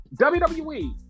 WWE